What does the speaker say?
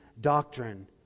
doctrine